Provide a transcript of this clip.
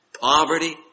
poverty